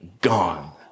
gone